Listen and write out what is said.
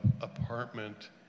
apartment